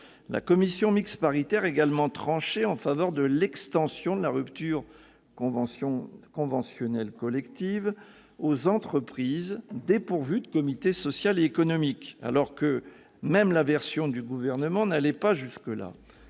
La commission mixte paritaire a également tranché en faveur de l'extension de la rupture conventionnelle collective aux entreprises dépourvues de comité social et économique, alors que la version du Gouvernement elle-même n'allait pas jusque-là.